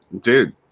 Dude